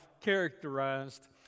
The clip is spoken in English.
characterized